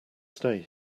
stay